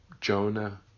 Jonah